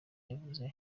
yavuze